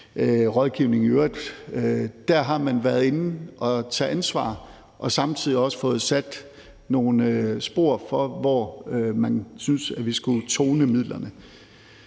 Der har man været inde og tage ansvar og samtidig også fået lagt nogle spor for, hvor man synes at vi skulle tone midlerne.